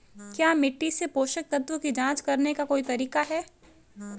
क्या मिट्टी से पोषक तत्व की जांच करने का कोई तरीका है?